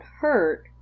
hurt